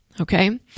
Okay